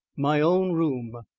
my own room!